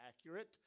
accurate